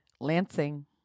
Lansing